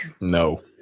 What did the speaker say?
No